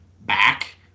back